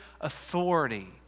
authority